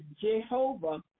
Jehovah